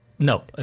No